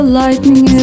lightning